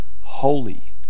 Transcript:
holy